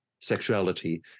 sexuality